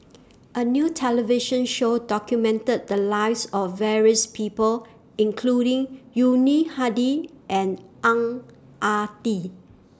A New television Show documented The Lives of various People including Yuni Hadi and Ang Ah Tee